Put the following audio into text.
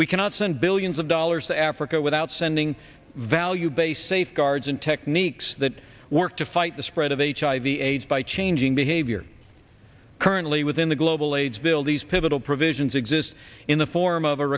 we cannot send billions of dollars to africa without sending value based safeguards and techniques that work to fight the spread of hiv aids by changing behavior currently within the global aids bill these pivotal provisions exist in the form of a